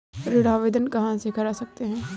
ऋण आवेदन कहां से कर सकते हैं?